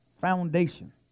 foundation